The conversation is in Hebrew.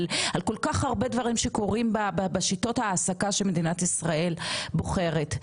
על כל כך הרבה דברים שקורים בשיטות העסקה שמדינת ישראל בוחרת,